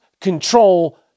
control